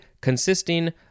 consisting